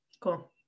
Cool